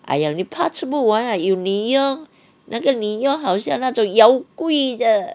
!aiya! 你怕吃不完啊有女佣那个女佣好像那种 yao gui 的